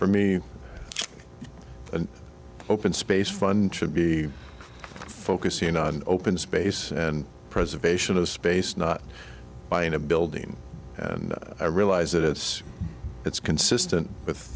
for me an open space fun should be focusing on open space and preservation of space not buying a building and i realize that it's it's consistent with